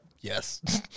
Yes